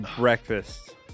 Breakfast